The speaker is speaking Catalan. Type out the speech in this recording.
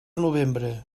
novembre